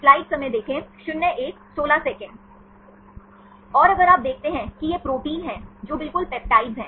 और अगर आप देखते हैं कि ये प्रोटीन हैं जो बिल्कुल पेप्टाइड्स हैं